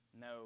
No